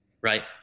right